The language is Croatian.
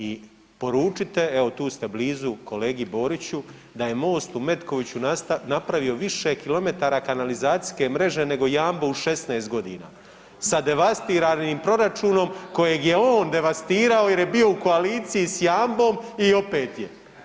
I poručite, evo tu ste blizu kolegi Boriću da je MOST u Metkoviću napravio više kilometara kanalizacijske mreže nego Jambo u 16 godina sa devastiranim proračunom kojeg je on devastirao jer je bio u koaliciji s Jambom i opet je.